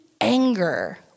anger